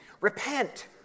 Repent